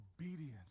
obedience